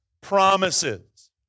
promises